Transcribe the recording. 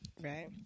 right